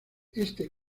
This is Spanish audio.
este